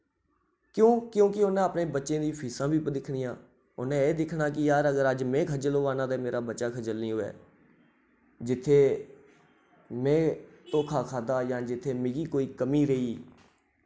क्यूं क्यूंकि उ'नै अपने बच्चे दी फीसां बी दिक्खनियां उ'नै एह् दिक्खना कि यार अगर अज्ज में खज्जल होआ ना ते मेरा बच्चा खज्जल नि होऐ जित्थै में धोखा खाद्धा जां जित्थै मिकी कोई कमी रेही